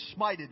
smited